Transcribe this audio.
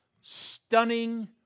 stunning